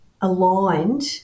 aligned